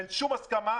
אין שום הסכמה,